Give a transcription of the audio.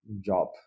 job